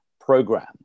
program